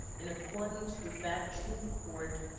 in accordance with that true report,